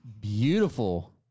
beautiful